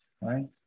right